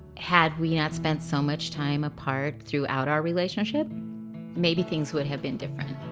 had we not spent so much time apart throughout our relationship maybe things would have been different.